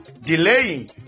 delaying